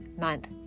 month